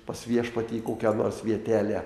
pas viešpatį kokią nors vietelę